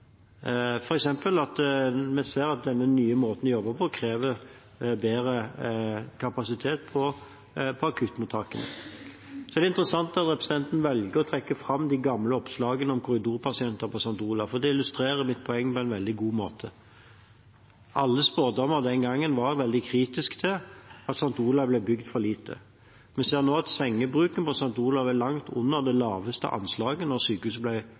f.eks. at vi ser at denne nye måten å jobbe på krever bedre kapasitet på akuttmottakene. Det er interessant at representanten velger å trekke fram de gamle oppslagene om korridorpasienter på St. Olavs hospital, og det illustrerer mitt poeng på en veldig god måte: Alle spådommer den gangen var veldig kritiske til at St. Olavs ble bygd for lite. Vi ser nå at sengebruken på St. Olavs er langt under det laveste anslaget da sykehuset